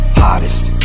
hottest